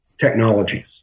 technologies